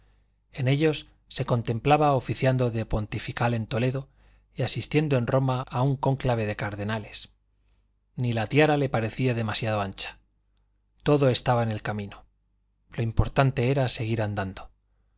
en ellos se contemplaba oficiando de pontifical en toledo y asistiendo en roma a un cónclave de cardenales ni la tiara le pareciera demasiado ancha todo estaba en el camino lo importante era seguir andando